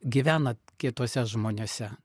gyvenat kituose žmonėse